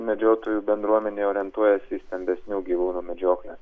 medžiotojų bendruomenė orientuojasi į stambesnių gyvūnų medžiokles